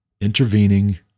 intervening